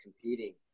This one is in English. competing